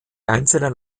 einzelnen